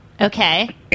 okay